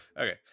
okay